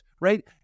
right